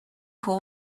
pool